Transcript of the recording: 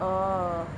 orh